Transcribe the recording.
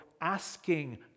asking